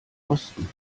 osten